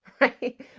right